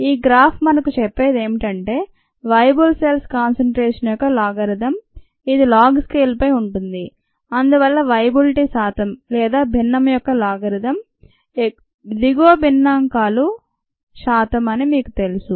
ఈ గ్రాఫ్ మనకు చెప్పేదేమిటంటే వయబుల్ సెల్స్ కాన్సంట్రేషన్ యొక్క లాగరిథం ఇది లాగ్ స్కేలుపై ఉంటుంది అందువల్ల వయబిలిటీ శాతం లేదా భిన్నం యొక్క లాగారిథం దిగువ భిన్నకాల ాలు శాతం అని మీకు తెలుసు